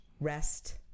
Rest